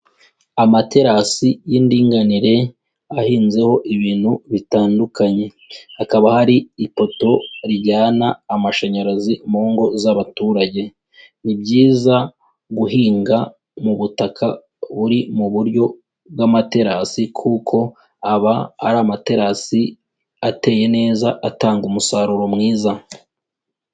Amaterasi y'indinganire ahinzeho ibintu bitandukanye. Hakaba hari ipoto rijyana amashanyarazi mu ngo z'abaturage. Ni byiza guhinga mu butaka buri mu buryo bw'amaterasi kuko aba ari amaterasi ateye neza, atanga umusaruro mwiza.